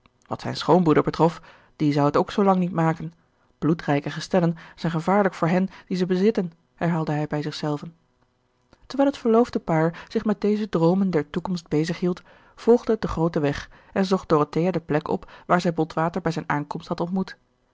wat zijn schoonbroeder betrof die zou het ook zoo lang niet maken bloedrijke gestellen zijn gevaarlijk voor hen die ze bezitten herhaalde hij bij zich zelven terwijl het verloofde paar zich met deze droomen der toekomst bezig hield volgde het den grooten weg en zocht dorothea de plek op waar zij botwater bij zijne aankomst had ontmoet